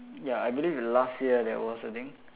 ya I believe last year there was I think